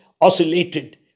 oscillated